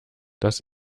das